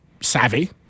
savvy